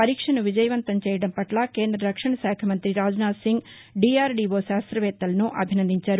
పరీక్షను విజయవంతం చేయడం పట్ల కేంద్ర రక్షణ శాఖ మంత్రి రాజ్ నాధ్ సింగ్ డిఆర్డిఓ శాస్త్రవేత్తలను అభినందించారు